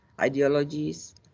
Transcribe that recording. Ideologies